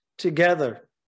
Together